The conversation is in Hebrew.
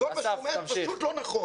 כל מה שהוא אומר, פשוט לא נכון.